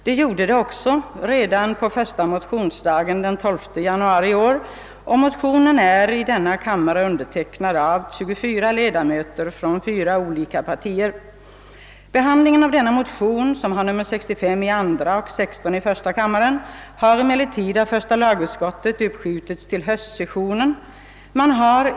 Det gjorde det också redan första motionsdagen, den 12 januari i år, och motionen är i denna kammare undertecknad av 24 ledamöter från fyra olika partier. Behandlingen av detta motionspar, I: 16 och II: 65, har emellertid av första lagutskottet uppskjutits till höstsessionen.